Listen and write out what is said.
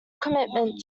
commitment